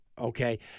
Okay